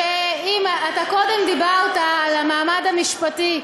אתה קודם דיברת על המעמד המשפטי,